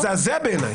בעיניי זה מזעזע.